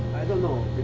i don't know.